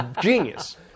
genius